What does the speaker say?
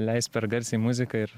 leist per garsiai muziką ir